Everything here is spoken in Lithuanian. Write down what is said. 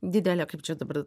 didelę kaip čia dabar